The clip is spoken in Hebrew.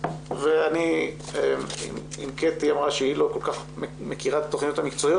אם קטי אמרה שהיא לא כל כך מכירה את התכניות המקצועיות,